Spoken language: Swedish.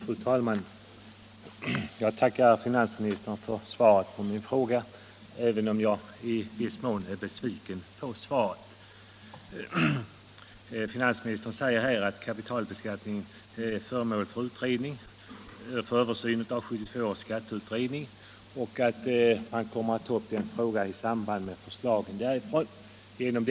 Fru talman! Jag tackar finansministern för svaret på min fråga, även om jag i viss mån är besviken över det. Finansministern säger här att kapitalbeskattningen är föremål för översyn av 1972 års skatteutredning och att han avser att ta upp frågan i samband med utredningens förslag.